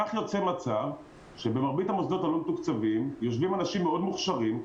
כך יוצא מצב שבמרבית המוסדות הלא מתוקצבים יושבים אנשים מאוד מוכשרים,